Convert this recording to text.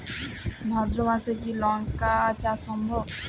ভাদ্র মাসে কি লঙ্কা চাষ সম্ভব?